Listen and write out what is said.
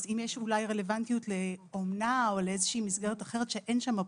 אם יש רלוונטיות לאומנה או לאיזושהי מסגרת אחרת שאין שם אפוטרופסות,